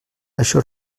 això